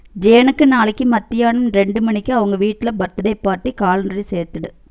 ஜேனுக்கு நாளைக்கு மத்தியானம் ரெண்டு மணிக்கு அவங்க வீட்டில் பர்த்துடே பார்ட்டி காலண்டரில் சேர்த்துவிடு